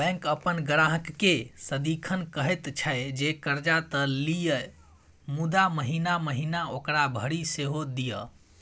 bank अपन ग्राहककेँ सदिखन कहैत छै जे कर्जा त लिअ मुदा महिना महिना ओकरा भरि सेहो दिअ